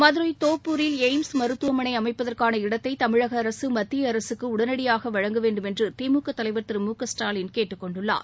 மதுரை தோப்பூரில் எய்ம்ஸ் மருத்துவமனை அமைப்பதற்கான இடத்தை தமிழக அரசு மத்திய அரசுக்கு உடனடியாக வழங்க வேண்டுமென்று திமுக தலைவர் திரு மு க ஸ்டாலின் கேட்டுக் கொண்டுள்ளார்